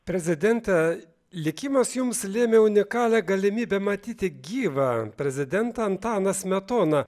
prezidente likimas jums lėmė unikalią galimybę matyti gyvą prezidentą antaną smetoną